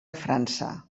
frança